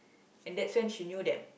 and that's when she knew that